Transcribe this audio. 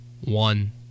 one